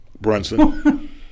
Brunson